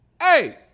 Hey